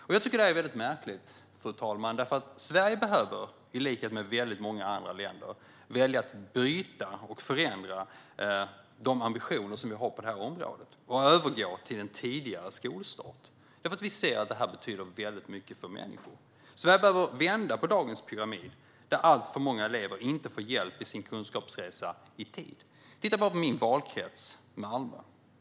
Jag tycker att detta är väldigt märkligt, fru talman, för Sverige behöver i likhet med många andra länder välja att förändra de ambitioner vi har på detta område och övergå till en tidigare skolstart. Vi ser nämligen att det betyder väldigt mycket för människor. Sverige behöver vända på dagens pyramid, där alltför många elever inte får hjälp med sin kunskapsresa i tid. Titta bara på min valkrets, Malmö!